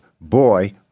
Boy